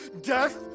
Death